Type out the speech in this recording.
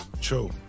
True